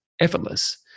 effortless